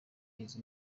izo